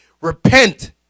Repent